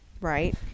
Right